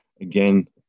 again